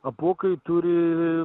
apuokai turi